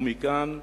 ומכאן ההוכחה,